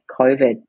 COVID